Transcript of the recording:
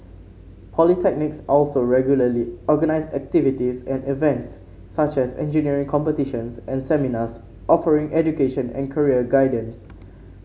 polytechnics also regularly organise activities and events such as engineering competitions and seminars offering education and career guidance